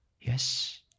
Yes